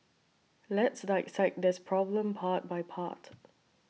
let's dissect this problem part by part